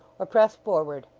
or press forward?